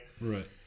Right